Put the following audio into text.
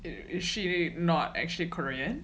it is she not actually korean